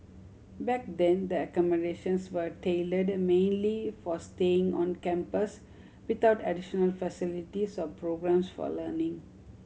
back then the accommodations were tailored mainly for staying on campus without additional facilities or programmes for learning